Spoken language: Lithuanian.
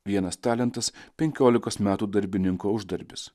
vienas talentas penkiolikos metų darbininko uždarbis